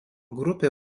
grupė